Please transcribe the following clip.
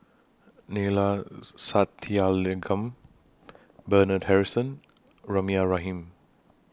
Neila Sathyalingam Bernard Harrison Rahimah Rahim